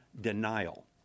denial